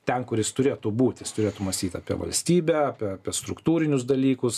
ten kur jis turėtų būt jis turėtų mąstyt apie valstybę apie apie struktūrinius dalykus